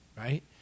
right